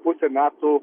pusė metų